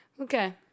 Okay